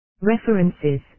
References